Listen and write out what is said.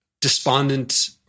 despondent